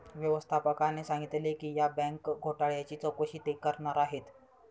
व्यवस्थापकाने सांगितले की या बँक घोटाळ्याची चौकशी ते करणार आहेत